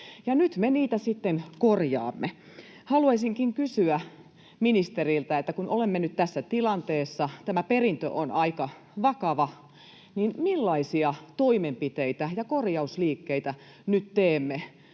Nyt me niitä sitten korjaamme. Haluaisinkin kysyä ministeriltä: kun olemme nyt tässä tilanteessa ja tämä perintö on aika vakava, niin millaisia toimenpiteitä ja korjausliikkeitä nyt teemme,